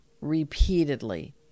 repeatedly